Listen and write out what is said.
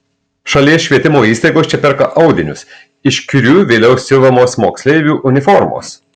šalies švietimo įstaigos čia perka audinius iš kiurių vėliau siuvamos moksleivių uniformos